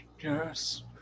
Yes